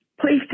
Please